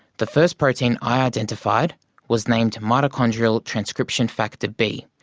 the first protein i identified was named mitochondrial transcription factor b,